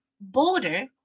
border